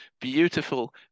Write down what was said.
beautiful